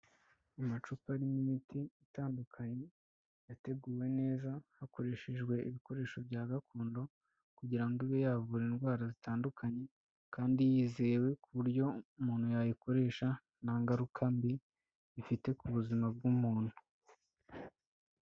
Amacupamo arimo imiti itandukanye, yateguwe neza hakoreshejwe ibikoresho bya gakondo kugira ngo ibe yavura indwara zitandukanye kandi yizewe ku buryo umuntu yayikoresha, ntangaruka mbi bifite ku buzima bw'umuntu.